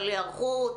על היערכות,